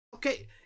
Okay